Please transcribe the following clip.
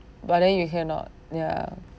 but then you cannot ya